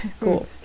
cool